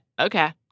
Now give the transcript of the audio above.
okay